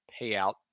payout